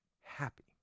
happy